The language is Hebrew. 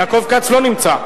יעקב כץ לא נמצא.